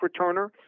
returner